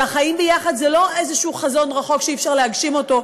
שהחיים יחד זה לא איזשהו חזון רחוק שאי-אפשר להגשים אותו,